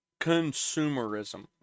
Consumerism